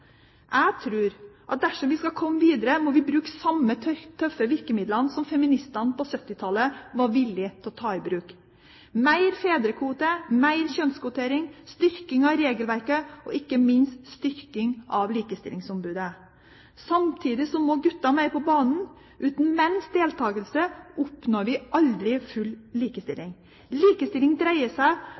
Jeg tror at dersom vi skal komme videre, må vi bruke samme tøffe virkemidlene som feministene på 1970-tallet var villig til å ta i bruk: mer fedrekvote, mer kjønnskvotering, styrking av regelverket og ikke minst styrking av likestillingsombudet. Samtidig må gutta mer på banen. Uten menns deltakelse oppnår vi aldri full likestilling. Likestilling dreier seg